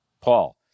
Paul